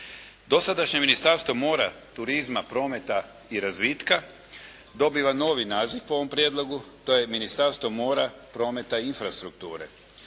Dosadašnje Ministarstvo mora, turizma, prometa i razvitka dobiva novi naziv po ovom Prijedlogu. To je Ministarstvo mora, prometa i infrastrukture,